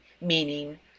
meaning